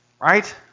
right